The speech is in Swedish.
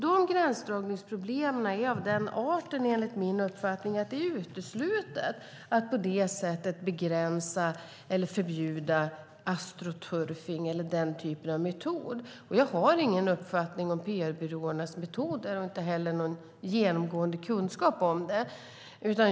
Dessa gränsdragningsproblem är av den arten, enligt min uppfattning, att det är uteslutet att på detta sätt begränsa eller förbjuda astroturfing eller den typen av metoder. Jag har ingen uppfattning om PR-byråernas metoder och inte heller någon ingående kunskap om dem.